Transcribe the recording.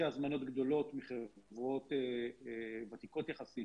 יש שתי הזמנות גדולות מחברות ותיקות יחסית